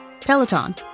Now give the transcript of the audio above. Peloton